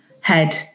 head